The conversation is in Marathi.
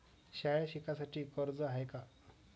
शाळा शिकासाठी कर्ज हाय का?